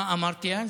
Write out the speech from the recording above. מה אמרתי אז?